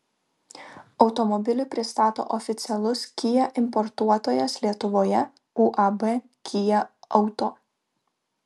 automobilį pristato oficialus kia importuotojas lietuvoje uab kia auto